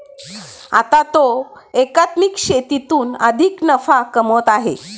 आता तो एकात्मिक शेतीतून अधिक नफा कमवत आहे